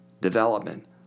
development